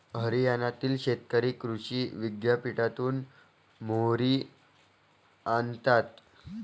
हरियाणातील शेतकरी कृषी विद्यापीठातून मोहरी आणतात